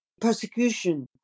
persecution